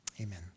Amen